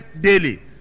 daily